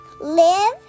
live